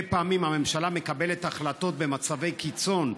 כי הרבה פעמים הממשלה מקבלת החלטות במצבי קיצון,